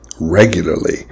regularly